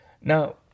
Now